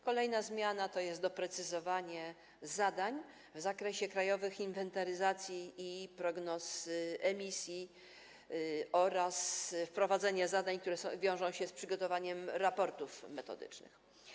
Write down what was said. Kolejna zmiana to jest doprecyzowanie zadań w zakresie krajowych inwentaryzacji i prognoz emisji oraz wprowadzenie zadań, które wiążą się z przygotowaniem raportów metodycznych.